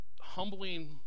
humbling